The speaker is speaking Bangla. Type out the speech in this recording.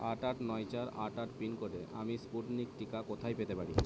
আট আট নয় চার আট আট পিনকোডে আমি স্পুটনিক টিকা কোথায় পেতে পারি